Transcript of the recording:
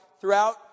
throughout